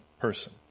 person